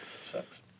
sucks